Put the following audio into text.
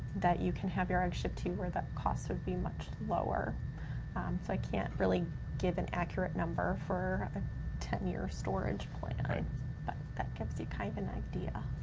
that you can have your eggs shipped to where that cost would be much lower. so i can't really give an accurate number for ten year storage plan. right but that gives you kind of an idea.